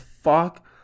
fuck